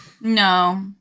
No